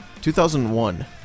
2001